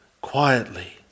quietly